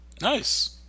Nice